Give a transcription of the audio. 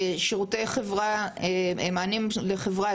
מענים לחברה,